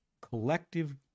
collective